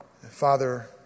Father